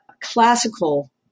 classical